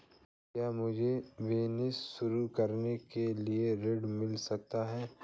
क्या मुझे बिजनेस शुरू करने के लिए ऋण मिल सकता है?